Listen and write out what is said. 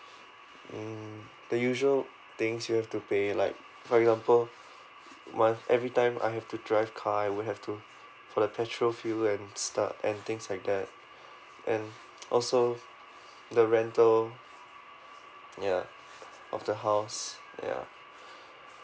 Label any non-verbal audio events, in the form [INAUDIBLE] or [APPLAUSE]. mm the usual things you have to pay like for example my every time I have to drive car I will have to for a petrol fuel and stuff and things like that and [NOISE] also the rental ya of the house ya